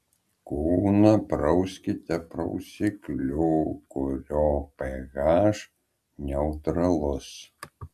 kūną prauskite prausikliu kurio ph neutralus